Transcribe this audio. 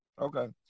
Okay